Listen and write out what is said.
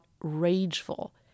rageful